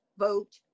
vote